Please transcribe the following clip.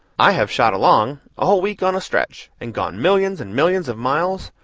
i have shot along, a whole week on a stretch, and gone millions and millions of miles,